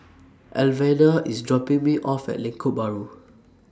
Alvena IS dropping Me off At Lengkok Bahru